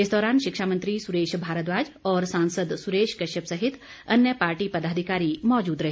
इस दौरान शिक्षा मंत्री सुरेश भारद्वाज और सांसद सुरेश कश्यप सहित अन्य पार्टी पदाधिकारी मौजूद रहे